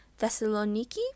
Thessaloniki